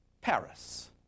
Paris